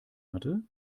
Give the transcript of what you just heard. hatte